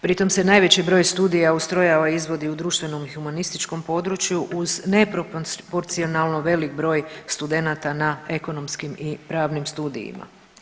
Pritom se najveći broj studija ustrojava i izvodi u društvenom i humanističkom području uz neproporcionalno velik broj studenata na ekonomskim i pravnim studijima.